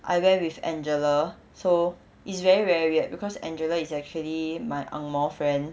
I went with angela so it's very very weird because angela is actually my ang moh friend